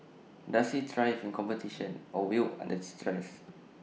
does he thrive in competition or wilt under stress